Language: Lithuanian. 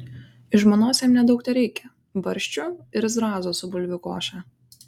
iš žmonos jam nedaug tereikia barščių ir zrazų su bulvių koše